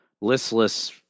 listless